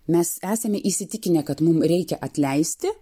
mes esame įsitikinę kad mum reikia atleisti